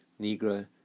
Negro